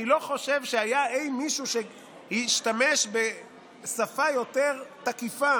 אני לא חושב שהיה אי מישהו שהשתמש בשפה יותר תקיפה